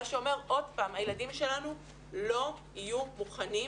מה שאומר שהילדים שלנו לא יהיו מוכנים